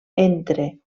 entre